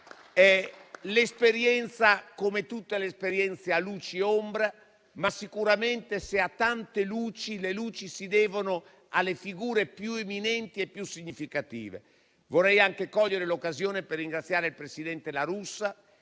Quell'esperienza, come tutte le esperienze, ha luci e ombre, ma sicuramente, se ha tante luci, esse si devono alle figure più eminenti e più significative. Vorrei anche cogliere l'occasione per ringraziare il presidente La Russa,